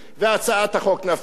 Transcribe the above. והצעת החוק נפלה.